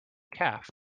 calf